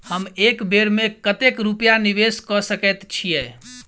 हम एक बेर मे कतेक रूपया निवेश कऽ सकैत छीयै?